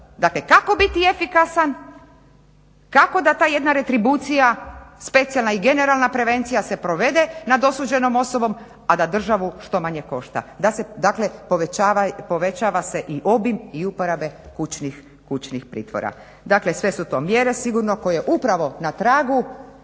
kako biti efikasan, kako da ta jedna retribucija specijalna i generalna prevencija se provede nad osuđenom osobom, a da državu što manje košta. Dakle, povećava se i obim i uporabe kućnih pritvora. Dakle, sve su to mjere sigurno koje upravo na tragu